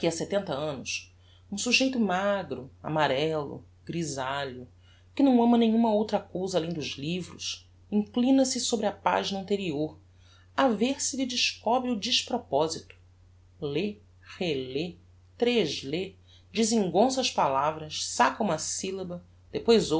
setenta annos um sugeito magro amarello grisalho que não ama nenhuma outra cousa além dos livros inclina-se sobre a pagina anterior a ver se lhe descobre o desproposito lê relê treslê desengonça as palavras sacca uma syllaba depois